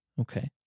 Okay